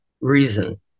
reason